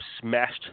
smashed